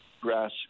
grass